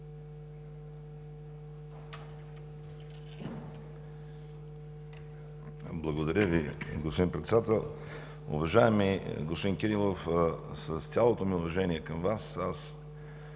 Благодаря Ви, господин Председател. Уважаеми господин Кирилов, с цялото ми уважение към Вас, аз